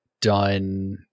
done